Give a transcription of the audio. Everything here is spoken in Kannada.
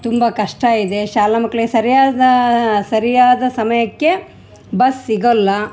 ತುಂಬ ಕಷ್ಟ ಇದೆ ಶಾಲಾ ಮಕ್ಳಿಗೆ ಸರಿಯಾದ ಸರಿಯಾದ ಸಮಯಕ್ಕೆ ಬಸ್ ಸಿಗೊಲ್ಲ